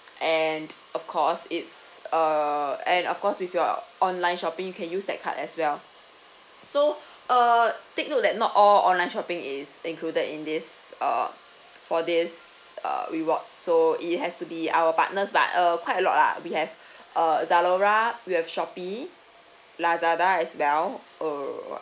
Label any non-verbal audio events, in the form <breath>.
and of course it's uh and of course with your online shopping you can use that card as well <breath> so uh take note that not all online shopping is included in this uh for this uh rewards so it has to be our partners but uh quite a lot lah we have <breath> uh Zalora we have Shopee Lazada as well uh